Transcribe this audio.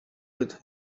with